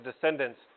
descendants